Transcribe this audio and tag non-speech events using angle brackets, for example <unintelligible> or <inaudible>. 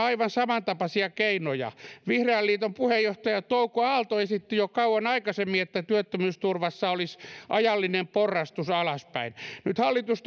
<unintelligible> aivan samantapaisia keinoja vihreän liiton puheenjohtaja touko aalto esitti jo kauan aikaisemmin että työttömyysturvassa olisi ajallinen porrastus alaspäin nyt hallitus <unintelligible>